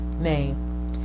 name